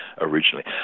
originally